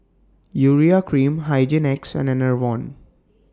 Urea Cream Hygin X and Enervon